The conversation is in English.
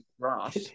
grass